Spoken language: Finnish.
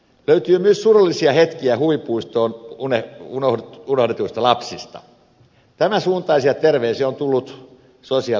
löytyy myös surullisia hetkiä huvipuistoon unohdetuista lapsista tämänsuuntaisia terveisiä on tullut sosiaaliviranomaisilta